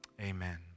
amen